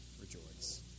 rejoice